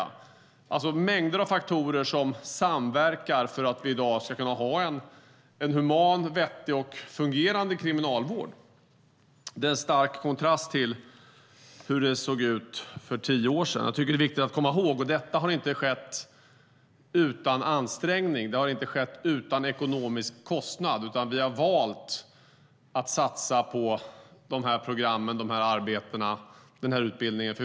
Det är alltså mängder av faktorer som i dag samverkar för att vi ska kunna ha en human, vettig och fungerande kriminalvård. Det är en stark kontrast till hur det såg ut för tio år sedan. Jag tycker att det är viktigt att komma ihåg det. Detta har inte skett utan ansträngning. Det har inte skett utan ekonomisk kostnad, utan vi har valt att satsa på olika program, arbete och utbildning.